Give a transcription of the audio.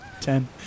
Ten